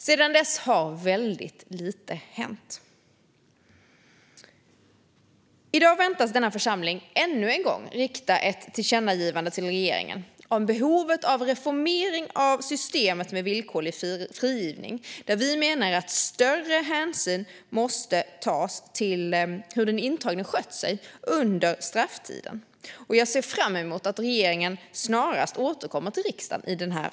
Sedan dess har väldigt lite hänt. I dag väntas denna församling ännu en gång rikta ett tillkännagivande till regeringen om behovet av reformering av systemet med villkorlig frigivning, där vi menar att större hänsyn måste tas till hur den intagne skött sig under strafftiden. Jag ser fram emot att regeringen snarast återkommer till riksdagen i denna fråga.